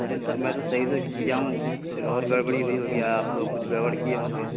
ارے sir میں تو صحیح سے کیا ہوں کچھ اور گڑبڑی ہوئی ہوگی یا آپ لوگ کچھ گڑبڑ کیے ہوں گے